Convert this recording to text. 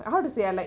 how to say ah like